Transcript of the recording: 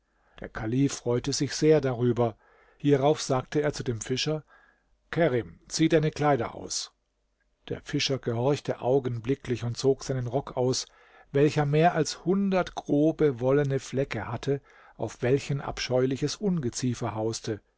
der kalif freute sich sehr darüber hierauf sagte er zu dem fischer kerim zieh deine kleider aus der fischer gehorchte augenblicklich und zog seinen rock aus welcher mehr als hundert grobe wollene flecke hatte auf welchen abscheuliches ungeziefer hauste